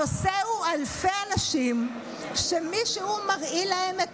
הנושא הוא אלפי אנשים שמישהו מרעיל להם את